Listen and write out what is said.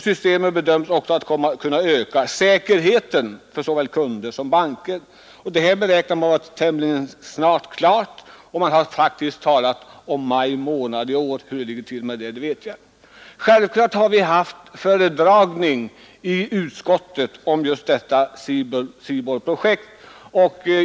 Systemen bedöms också kunna öka säkerheten för såväl kunder som banker och man beräknar att det skall vara klart tämligen snart. Man har faktiskt talat om maj månad i år. Hur det ligger till med det vet jag inte. Självklart har vi haft föredragning i utskottet om just detta SIBOL projekt.